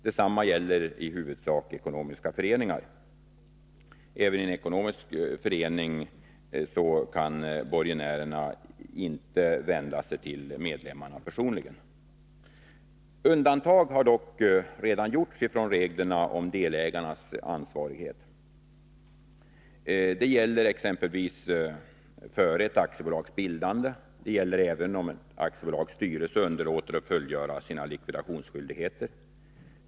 Detta gäller i huvudsak också ekonomiska föreningar. Inte heller i en ekonomisk förening kan borgenärerna vända sig mot medlemmarna personligen. Undantag har dock redan gjorts från reglerna om delägarnas ansvarsfrihet. Det gäller exempelvis före ett aktiebolags bildande och det gäller även om ett aktiebolags styrelse underlåter att fullgöra sin likvidationsskyldighet.